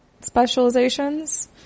specializations